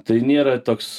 tai nėra toks